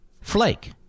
Flake